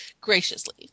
graciously